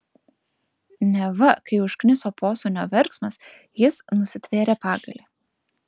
neva kai užkniso posūnio verksmas jis nusitvėrė pagalį